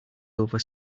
over